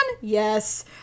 yes